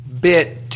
Bit